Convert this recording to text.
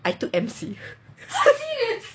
I took M_C